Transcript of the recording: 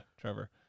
Trevor